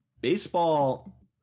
baseball